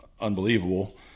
Unbelievable